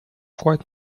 quite